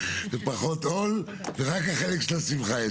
פחות עול ורק החלק של השמחה יש.